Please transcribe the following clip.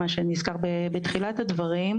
מה שנסקר בתחילת הדברים,